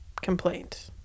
complaint